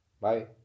Bye